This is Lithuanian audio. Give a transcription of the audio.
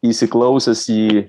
įsiklausęs į jį